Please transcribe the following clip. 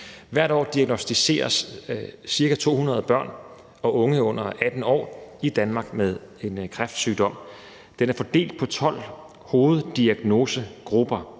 Hvert år diagnosticeres ca. 200 børn og unge under 18 år i Danmark med en kræftsygdom. Den er fordelt på 12 hoveddiagnosegrupper,